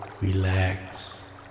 relax